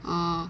mm